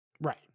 Right